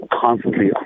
constantly